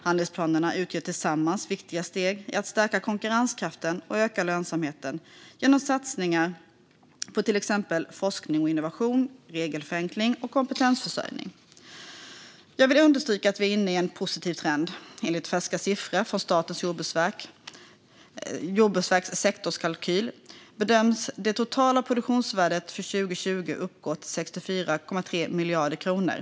Handlingsplanerna utgör tillsammans viktiga steg i att stärka konkurrenskraften och öka lönsamheten genom satsningar på till exempel forskning och innovation, regelförenkling och kompetensförsörjning. Jag vill understryka att vi är inne i en positiv trend. Enligt färska siffror från Statens jordbruksverks sektorskalkyl bedöms det totala produktionsvärdet för 2020 uppgå till 64,3 miljarder kronor.